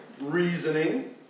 reasoning